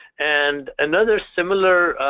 and another similar